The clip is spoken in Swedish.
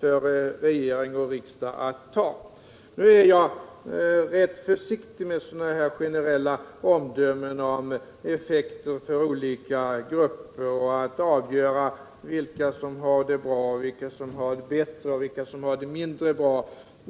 för regering och riksdag att ta. Nu är jag rätt försiktig med sådana här generella omdömen om effekter för olika grupper och med att avgöra vilka som har det bra, vilka som har det bättre och vilka som har det mindre bra.